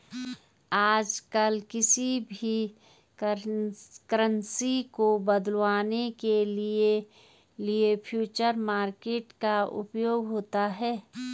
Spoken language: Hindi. आजकल किसी भी करन्सी को बदलवाने के लिये फ्यूचर मार्केट का उपयोग होता है